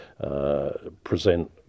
present